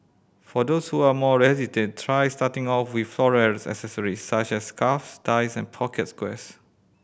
for those who are more hesitant try starting off with floral accessories such as scarves ties of pocket squares